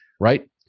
right